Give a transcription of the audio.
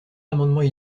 amendements